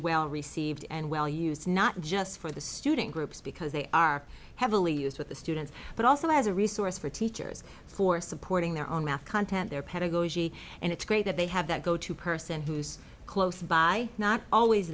well received and well use not just for the student groups because they are heavily used with the students but also as a resource for teachers for supporting their own math content their pedagogy and it's great that they have that go to person who's close by not always